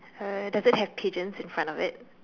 uh does it have pigeons in front of it